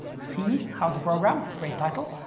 c how to program. great title